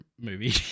movie